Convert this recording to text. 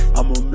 I'ma